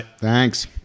Thanks